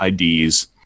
IDs